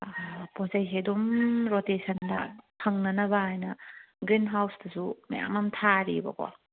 ꯄꯣꯠ ꯆꯩꯁꯦ ꯑꯗꯨꯝ ꯔꯣꯇꯦꯁꯟꯗ ꯐꯪꯅꯅꯕ ꯍꯥꯏꯅ ꯒ꯭ꯔꯤꯟ ꯍꯥꯎꯁꯇꯁꯨ ꯃꯌꯥꯝ ꯑꯃ ꯊꯥꯔꯤꯌꯦꯕꯀꯣ